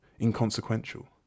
inconsequential